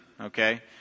Okay